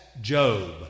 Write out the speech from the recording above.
Job